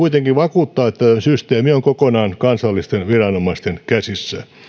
kuitenkin vakuuttaa että systeemi on kokonaan kansallisten viranomaisten käsissä